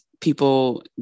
people